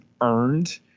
earned